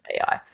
AI